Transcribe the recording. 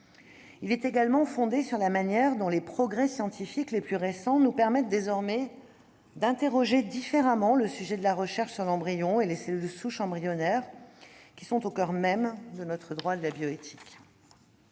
repose également sur la manière différente dont les progrès scientifiques les plus récents nous permettent désormais d'interroger le sujet de la recherche sur l'embryon et les cellules souches embryonnaires, qui sont au coeur de notre droit de la bioéthique.